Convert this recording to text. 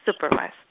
Supervised